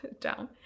down